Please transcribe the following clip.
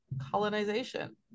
colonization